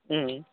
ఆ